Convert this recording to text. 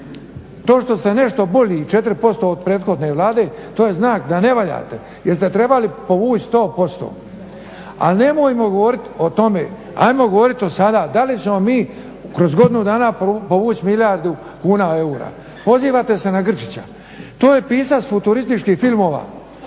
To što ste nešto bolji 4% od prethodne Vlade to je znak da ne valjate jer ste trebali povući 100% ali nemojmo govoriti o tome, ajmo govoriti o sada da li ćemo mi kroz godinu dana povući milijardu kuna eura. Pozivate se na Grčića, to je pisac futurističkih filmova.